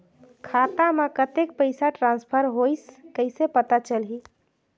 खाता म कतेक पइसा ट्रांसफर होईस कइसे पता चलही?